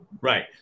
Right